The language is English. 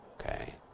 Okay